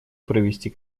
провести